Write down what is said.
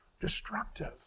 destructive